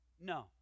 No